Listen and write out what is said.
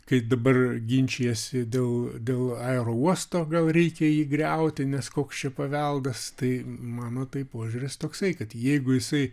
kai dabar ginčijasi dėl dėl aerouosto gal reikia jį griauti nes koks čia paveldas tai mano tai požiūris toksai kad jeigu jisai